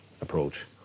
approach